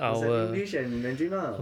it's an english and mandarin ah